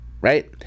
right